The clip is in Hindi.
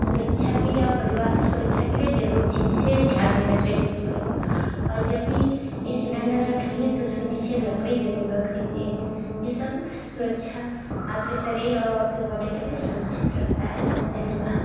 सुरक्षा के लिए और परिवार की सुरक्षा के लिए जरूर विशेष ध्यान देना चाहिए चूल्हे को और जब भी ये सिलेंडर रखिए तो उसके नीचे लकड़ी जरूर रख दीजिए यह सब सुरक्षा आपके शरीर और आपके बॉडी के लिए सुरक्षित रखता है धन्यवाद